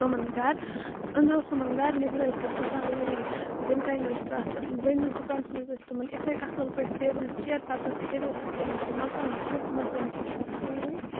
تِمَن گَرٕ أنٛدرٕ اوس تِمَن گَرٕ نیٚبرٕ ٲسِکھ دُکان لٲن بۄن کَنۍ ٲس تَتھ بٔنۍمِس دُکانَس منٛز ٲسۍ تِمَن یِتھَے اَصٕل پٲٹھۍ ٹیبٕل چِیَر پَتہٕ اوس ہیٚرِ اوس سُہ تِمَن سُہ مَکانُک کُٹھ تِمو ژٲنِکھ کِتھ پَتہٕ توٗرۍ